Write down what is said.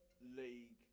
league